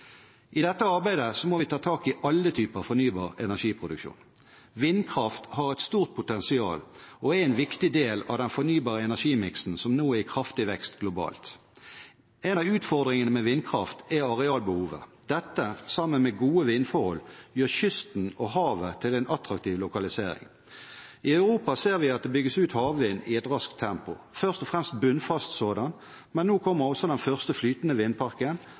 I dette arbeidet må vi ta tak i alle typer fornybar energiproduksjon. Vindkraft har et stort potensial og er en viktig del av den fornybare energimiksen som nå er i kraftig vekst globalt. En av utfordringene med vindkraft er arealbehovet. Dette, sammen med gode vindforhold, gjør kysten og havet til en attraktiv lokalisering. I Europa ser vi at det bygges ut havvind i et raskt tempo, først og fremst bunnfast sådan, men nå kommer også den første flytende vindparken,